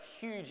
huge